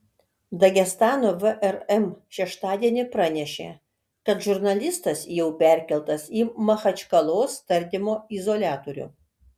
dagestano vrm šeštadienį pranešė kad žurnalistas jau perkeltas į machačkalos tardymo izoliatorių